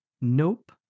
Nope